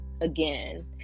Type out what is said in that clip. again